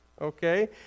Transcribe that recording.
okay